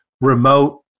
remote